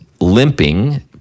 limping